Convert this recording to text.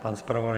Pan zpravodaj?